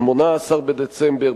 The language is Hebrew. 18 בדצמבר,